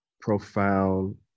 profound